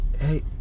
Hey